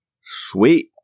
Sweet